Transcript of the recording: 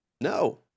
No